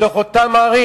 בתוך אותן ערים.